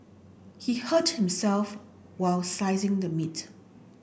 he hurt himself while slicing the meat